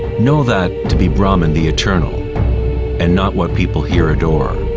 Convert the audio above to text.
know that to be brahma and the eternal and not what people here adore.